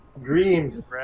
Dreams